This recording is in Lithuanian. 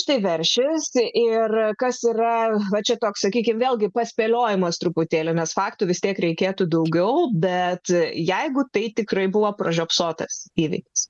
varžtai veršis ir kas yra va čia toks sakykime vėlgi paspėliojimas truputėlį nes faktų vis tiek reikėtų daugiau bet jeigu tai tikrai buvo pražiopsotas įvykis